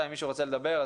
אם מישהו רוצה לדבר,